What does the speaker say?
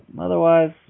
otherwise